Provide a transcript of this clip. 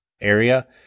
area